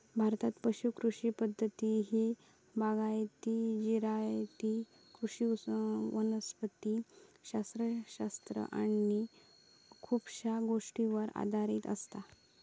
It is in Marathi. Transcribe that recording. भारतात पुश कृषी पद्धती ही बागायती, जिरायती कृषी वनस्पति शास्त्र शास्त्र आणि खुपशा गोष्टींवर आधारित असता